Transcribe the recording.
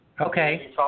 Okay